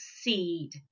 seed